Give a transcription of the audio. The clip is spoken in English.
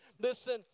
listen